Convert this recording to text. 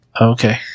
Okay